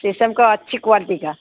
سی سم کا اچھی کوالٹی کا